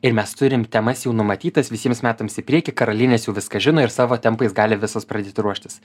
ir mes turim temas jau numatytas visiems metams į priekį karalienės jau viską žino ir savo tempais gali visos pradėti ruoštis